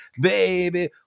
baby